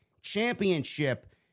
Championship